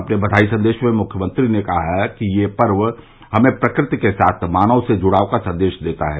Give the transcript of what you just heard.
अपने बघाई संदेश में मुख्यमंत्री ने कहा है कि यह पर्व हमें प्रकृति के साथ मानव के जुड़ाव का संदेश देता है